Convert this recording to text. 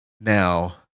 Now